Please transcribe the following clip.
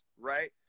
right